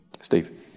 Steve